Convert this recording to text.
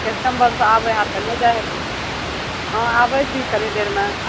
customer सब आबय होयत तऽ नहि जाइ होयत हम आबय छी कनी देरमे आ